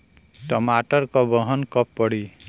टमाटर क बहन कब पड़ी?